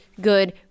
Good